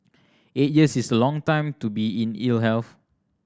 eight years is a long time to be in ill health